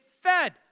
fed